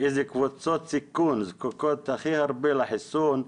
איזה קבוצות סיכון זקוקות הכי הרבה לחיסון: